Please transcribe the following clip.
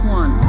one